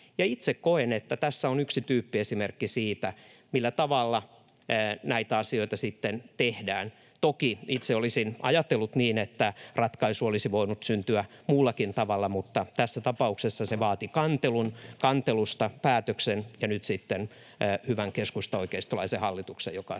itse koen, että tässä on yksi tyyppiesimerkki siitä, millä tavalla näitä asioita sitten tehdään. Toki itse olisin ajatellut niin, että ratkaisu olisi voinut syntyä muullakin tavalla, mutta tässä tapauksessa se vaati kantelun, kantelusta päätöksen ja nyt sitten hyvän keskustaoikeistolaisen hallituksen, joka asian